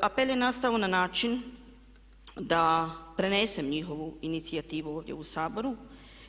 Apel je nastao na način da prenesem njihovu inicijativu ovdje u Saboru